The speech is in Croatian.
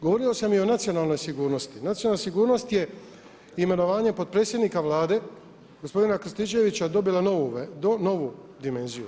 Govorio sam i o nacionalnoj sigurnosti, nacionalna sigurnost je imenovanjem potpredsjednika Vlade gospodina Krstičevića dobila novu dimenziju.